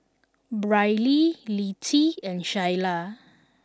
Brylee Littie and Shyla